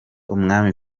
umwami